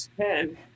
ten